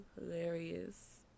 hilarious